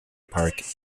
park